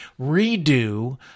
redo